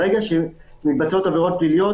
ברגע שמתבצעות עבירות פליליות,